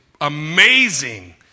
amazing